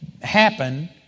happen